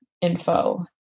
info